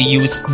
use